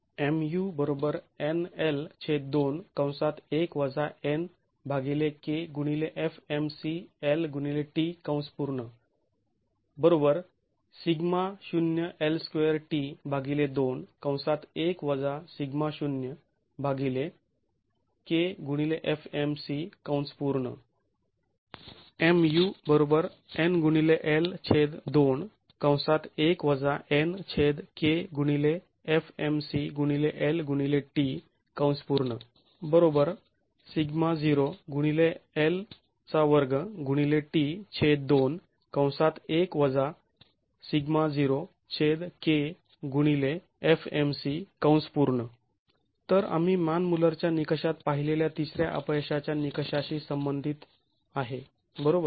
तर आम्ही मान मुल्लरच्या निकषात पाहिलेल्या तिसऱ्या अपयशाच्या निकषाशी संबंधित आहे बरोबर